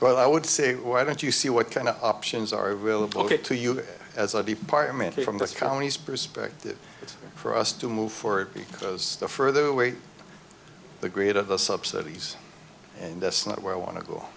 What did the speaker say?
well i would say why don't you see what kind of options are available get to you as i be partly from the company's perspective for us to move forward because the further away the greater the subsidies and that's not where i want to go